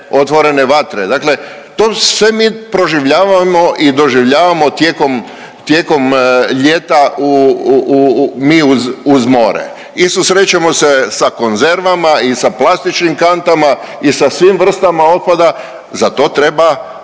otvorene vatre. Dakle, to sve mi proživljavamo i doživljavamo tijekom ljeta mi uz more i susrećemo se sa konzervama i sa plastičnim kantama i sa svim vrstama otpada, za to treba